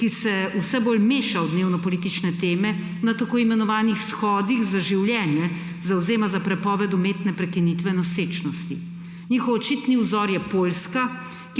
ki se vse bolj meša v dnevnopolitične teme, na tako imenovanih Shodih za življenje zavzema za prepoved umetne prekinitve nosečnosti. Njihov očitni vzor je Poljska,